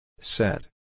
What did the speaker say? Set